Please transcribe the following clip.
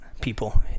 people